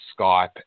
Skype